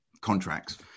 contracts